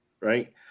right